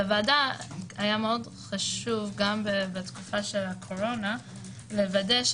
לוועדה היה מאוד חשוב גם בתקופת הקורונה לוודא,